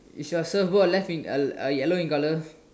is your surfboard left in a a yellow in color